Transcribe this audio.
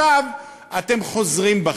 עכשיו אתם חוזרים בכם.